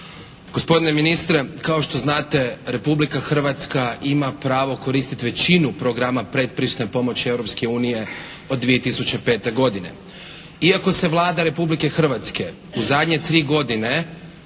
Gospodine ministre, kao što znate, Republika Hrvatska ima pravo koristiti većinu programa predpristupne pomoći Europske unije od 2005. godine. Iako se Vlada Republike Hrvatske u zadnje tri godine